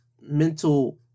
mental